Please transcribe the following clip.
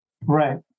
Right